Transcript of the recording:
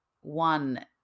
one